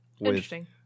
Interesting